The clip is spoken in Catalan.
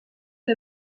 que